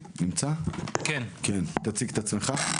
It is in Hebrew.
יש בכל מיני גדלים.